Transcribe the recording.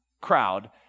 crowd